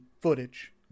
footage